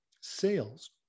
sales